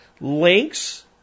Links